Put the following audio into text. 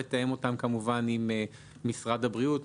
לתאם אותם כמובן עם משרד הבריאות,